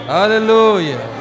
Hallelujah